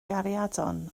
gariadon